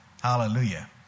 Hallelujah